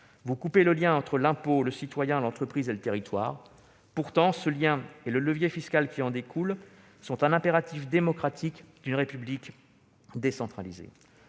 Vous coupez le lien entre l'impôt, le citoyen, l'entreprise et le territoire. Pourtant, ce lien et le levier fiscal qui en découle sont un impératif démocratique d'une République décentralisée.